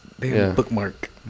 bookmark